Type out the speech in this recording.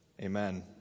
amen